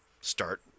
start